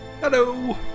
Hello